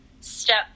step